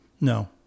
No